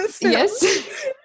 yes